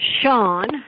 Sean